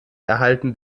erhalten